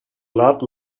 lot